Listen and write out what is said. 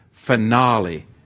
Finale